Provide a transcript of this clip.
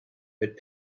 but